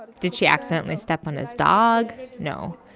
did she accidentally step on his dog? no.